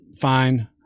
fine